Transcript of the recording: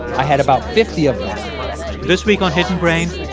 i had about fifty of them this week on hidden brain,